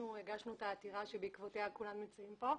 אנחנו הגשנו את העתירה, שבעקבותיה כולם מצויים פה.